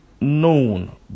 known